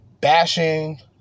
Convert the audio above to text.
bashing